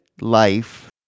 Life